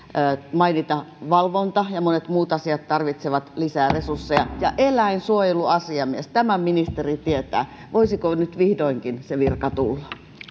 mainita valvonta ja monet muut asiat tarvitsevat lisää resursseja ja eläinsuojeluasiamies tämän ministeri tietää voisiko nyt vihdoinkin se virka tulla